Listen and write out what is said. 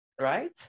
Right